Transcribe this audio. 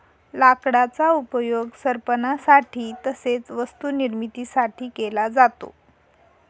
लाकडाचा उपयोग सरपणासाठी तसेच वस्तू निर्मिती साठी केला जातो